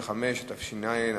שלי.